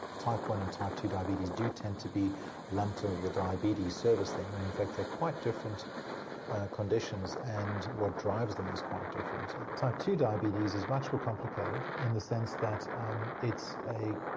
type i and type two diabetes do tend to be lumped in the diabetes service thing, when in fact they're quite different conditions. and what drives them is quite different. type two diabetes is much more complicated, in the sense that it's a.